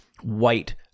white